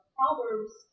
Proverbs